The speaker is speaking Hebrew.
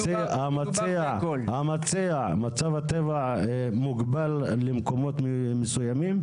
המציע, מצב הטבע מוגבל למקומות מסוימים?